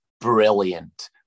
brilliant